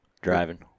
Driving